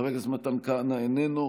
חבר הכנסת מתן כהנא, איננו.